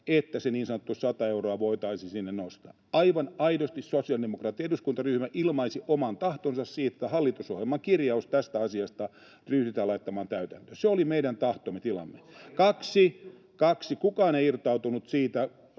että se niin sanottu sata euroa voitaisiin sinne nostaa. Aivan aidosti sosiaalidemokraattinen eduskuntaryhmä ilmaisi oman tahtonsa siihen, että hallitusohjelman kirjaus tästä asiasta ryhdytään laittamaan täytäntöön. Se oli meidän tahtotilamme. [Timo Heinonen: Osa irtautui